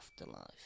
Afterlife